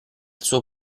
suo